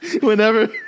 whenever